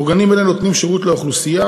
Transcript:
אורגנים אלה נותנים שירות לאוכלוסייה.